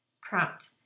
Prompt